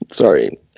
Sorry